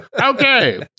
Okay